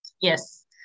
Yes